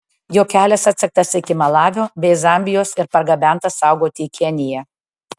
jo kelias atsektas iki malavio bei zambijos ir pargabentas saugoti į keniją